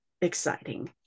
exciting